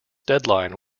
deadline